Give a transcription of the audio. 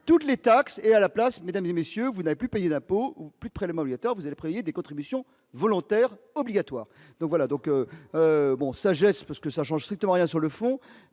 toutes les taxes et à la place, mesdames et messieurs, vous n'avez plus payer d'impôts plus près les modulateurs : vous avez pris des contribution volontaire obligatoire, donc voilà, donc bon sagesse parce que ça change strictement rien sur le fond,